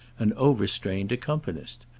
an overstrained accompanist.